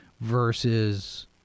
versus